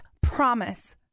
promise